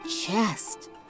chest